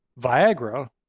Viagra